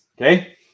Okay